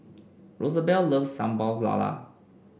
Rosabelle loves Sambal Lala